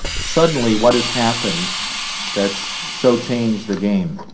suddenly what has happened that so changed the game